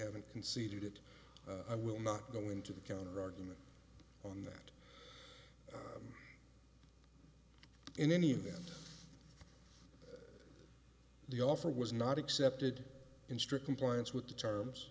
haven't conceded it i will not go into the counterargument on that in any event the offer was not accepted in strict compliance with the terms